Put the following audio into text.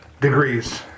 degrees